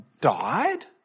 died